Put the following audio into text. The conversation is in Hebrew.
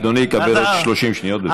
אדוני, קבל עוד 30 שניות.